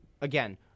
again